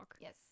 Yes